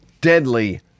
deadly